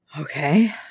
Okay